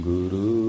Guru